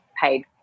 paid